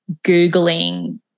googling